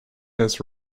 his